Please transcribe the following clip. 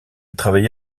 travaillé